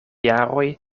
jaroj